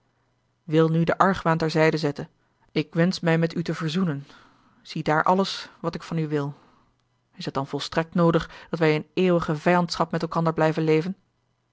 wil nu den argwaan ter zijde zetten ik wensch mij met u te verzoenen ziedaar alles wat ik van u wil is het dan volstrekt noodig dat wij in eeuwige vijandschap met elkander blijven leven